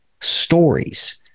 stories